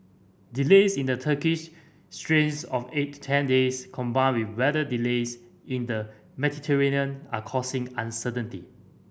delays in the Turkish straits of eight ten days combined with weather delays in the Mediterranean are causing uncertainty